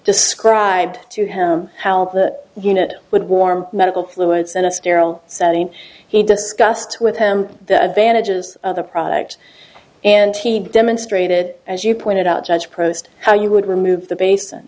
described to him how the unit would warm medical fluids in a sterile setting he discussed with him the advantages of the product and he demonstrated as you pointed out judge proposed how you would remove the basin